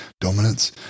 dominance